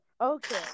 okay